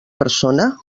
persona